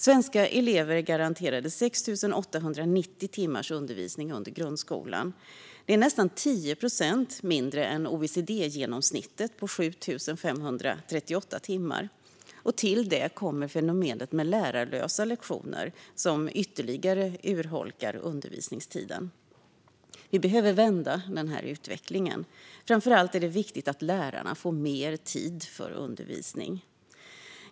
Svenska elever är garanterade 6 890 timmars undervisning under grundskolan. Det är nästan 10 procent mindre än OECD-genomsnittet på 7 538 timmar. Till det kommer fenomenet med lärarlösa lektioner, som ytterligare urholkar undervisningstiden. Vi behöver vända denna utveckling. Framför allt är det viktigt att lärarna får tid för undervisning.